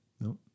no